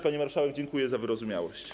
Pani marszałek, dziękuję za wyrozumiałość.